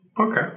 Okay